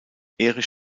erich